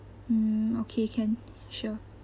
mm okay can sure